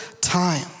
time